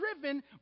driven